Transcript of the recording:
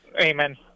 Amen